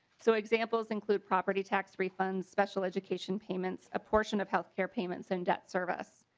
so examples include property tax refunds special education payments a portion of health care payments and debt service.